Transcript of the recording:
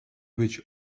być